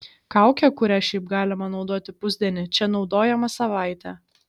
kaukė kurią šiaip galima naudoti pusdienį čia naudojama savaitę